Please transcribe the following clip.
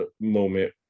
moment